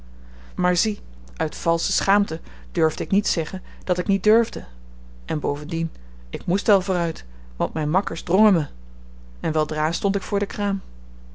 maar zie uit valsche schaamte durfde ik niet zeggen dat ik niet durfde en bovendien ik moest wel vooruit want myn makkers drongen me en weldra stond ik voor de kraam